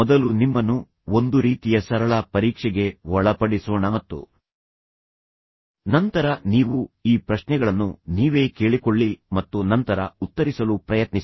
ಮೊದಲು ನಿಮ್ಮನ್ನು ಒಂದು ರೀತಿಯ ಸರಳ ಪರೀಕ್ಷೆಗೆ ಒಳಪಡಿಸೋಣ ಮತ್ತು ನಂತರ ನೀವು ಈ ಪ್ರಶ್ನೆಗಳನ್ನು ನೀವೇ ಕೇಳಿಕೊಳ್ಳಿ ಮತ್ತು ನಂತರ ಉತ್ತರಿಸಲು ಪ್ರಯತ್ನಿಸಿ